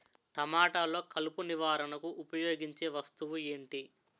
టమాటాలో కలుపు నివారణకు ఉపయోగించే వస్తువు ఏంటి?